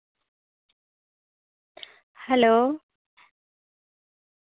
hello